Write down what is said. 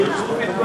הצבעה.